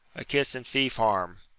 a kiss in fee-farm!